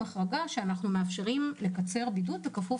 עם החרגה שאנחנו מאפשרים לקצר בידוד כפוף